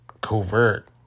covert